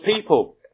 people